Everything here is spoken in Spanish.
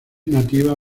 nativa